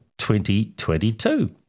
2022